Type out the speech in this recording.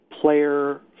player